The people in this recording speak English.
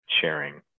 sharing